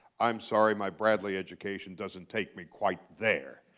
i'm sorry my bradley education doesn't take me quite there.